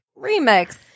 remix